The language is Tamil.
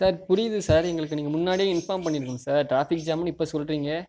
சார் புரியுது சார் எங்களுக்கு நீங்கள் முன்னாடியே இன்ஃபார்ம் பண்ணிருக்கணும் சார் டிராஃபிக் ஜாம்னு இப்போ சொல்றிங்க